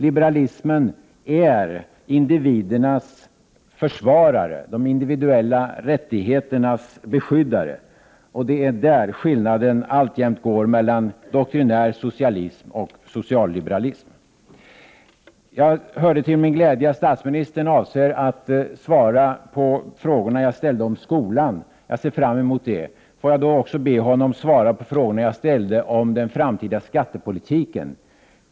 Liberalismen är individens försvarare, de individuella rättigheternas beskyddare. Det är där skillnaden alltjämt går mellan doktrinär socialism och socialliberalism. Jag hörde till min glädje att statsministern avser att svara på de frågor som jag ställt om skolan. Jag ser fram emot det. Får jag också be honom besvara de frågor som jag ställde om den framtida skattepolitiken.